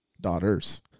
Daughters